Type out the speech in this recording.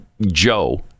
Joe